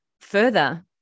further